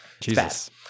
Jesus